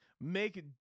make